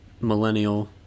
millennial